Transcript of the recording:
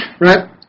right